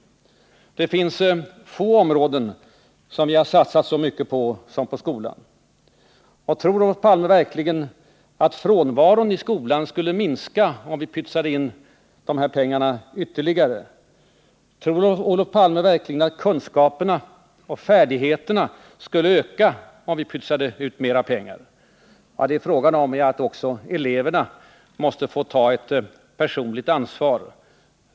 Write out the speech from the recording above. Det finns få områden som vi satsat så mycket på som på skolan. Tror Olof Palme verkligen att frånvaron i skolan skulle minska om vi pytsade in också dessa pengar? Tror Olof Palme verkligen att kunskaperna och färdigheterna skulle öka om vi pytsade ut mer pengar? Det är fråga om att också eleverna måste få ta ett personligt ansvar.